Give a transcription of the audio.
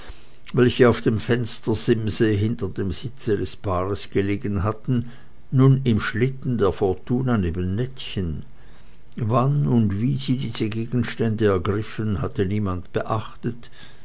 welche auf dem fenstersimse hinter dem sitze des paares gelegen hatten nun im schlitten der fortuna neben nettchen wann und wie sie diese gegenstände ergriffen hatte niemand beachtet